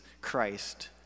Christ